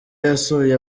yasuye